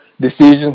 decisions